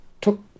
took